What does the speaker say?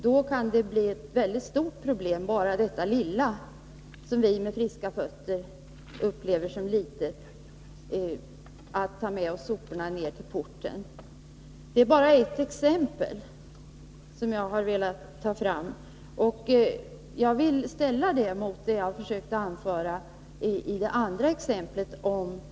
Då kan det bli ett mycket stort problem att ta med sig soporna ned till porten, trots att vi med friska fötter upplever det som ett litet problem. Detta är bara ett exempel som jag har velat ta fram. Jag vill ställa detta första exempel mot det andra exemplet som jag anförde.